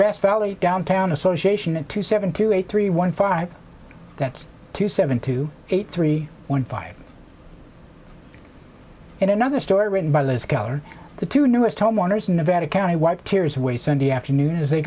grass valley downtown association and two seven two eight three one five that's two seven two eight three one five and another story written by liz keller two newest homeowners in nevada county wiped tears away sunday afternoon as they